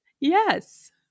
yes